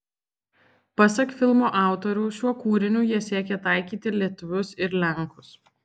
pasak filmo autorių šiuo kūriniu jie siekė taikyti lietuvius ir lenkus